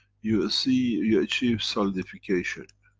you will see you achieve solidification,